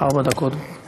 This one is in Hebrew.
ארבע דקות לרשותך, גברתי.